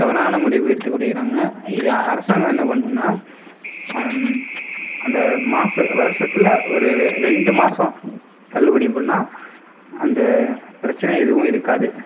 தவறான முடிவு எடுத்து கொண்டிக்கிறாங்க இது அரசாங்கம் என்ன பண்ணுன்னா அந்த மாத வருஷத்தில் ஒரு ரெண்டு மாதம் தள்ளுபடி பண்ணா அந்த பிரச்சனை எதுவும் இருக்காது